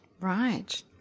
Right